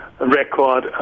record